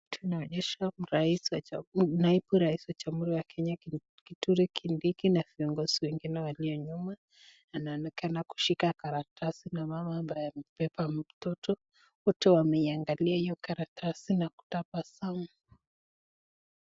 Tunaonyeshwa naibu rais wa Jamhuri ya Kenya Kithure Kindiki na viongozi wengine walio nyuma. Anaonekana kushika karatasi na mama ambaye amembeba mtoto. Wote wameiangalia hiyo karatasi na kutabasamu.